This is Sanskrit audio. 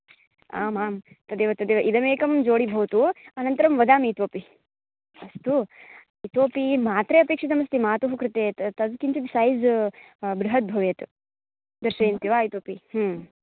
आम् आम् तदेव तदेव इदमेकं जोडि भवतु अनन्तरं वदामि इतोऽपि अस्तु इतोऽपि मात्रे अपेक्षितमस्ति मातुः कृते तत् किञ्चित् सैज़् बृहत् भवेत् दर्शयन्ति वा इतोऽपि आम्